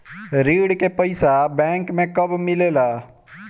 ऋण के पइसा बैंक मे कब मिले ला?